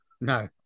No